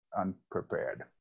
Unprepared